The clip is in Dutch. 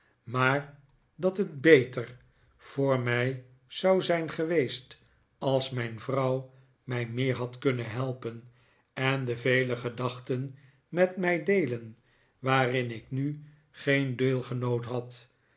voor mij zou zijn geweest als mijn vrouw mij meer had kunnen helpen en de vele gedachten met mij deelen waarin ik nu geen deelgenoot had